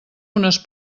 unes